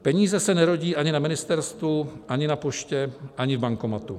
Peníze se nerodí ani na ministerstvu, ani na poště, ani v bankomatu.